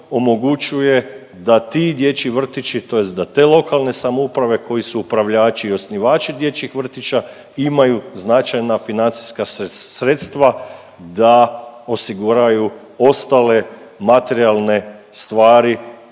omogućuje da ti dječji vrtići tj. da te lokalne samouprave koji su upravljači i osnivači dječjih vrtića imaju značajna financijska sredstva da osiguraju ostale materijalne stvari